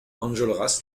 enjolras